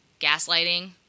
Gaslighting